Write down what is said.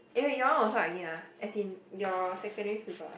eh wait your one was what again ah as in your secondary school is what ah